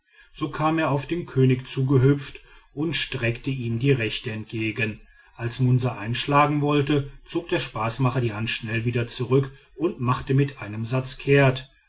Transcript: so kam er auf den könig zugehüpft und streckte ihm die rechte entgegen als munsa einschlagen wollte zog der spaßmacher die hand schnell wieder zurück und machte mit einem satze kehrt